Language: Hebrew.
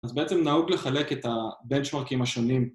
אז בעצם נהוג לחלק את הבנצ'מרקים השונים